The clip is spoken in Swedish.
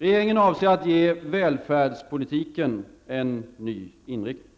Regeringen avser att ge välfärdspolitiken en ny inriktning.